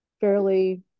fairly